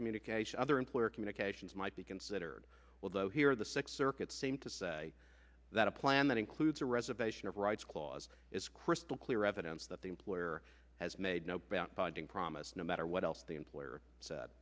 communication other employer communications might be considered although here the sixth circuit seem to say that a plan that includes a reservation of rights clause is crystal clear evidence that the employer has made no bound bodging promise no matter what else the employer